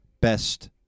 best